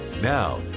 Now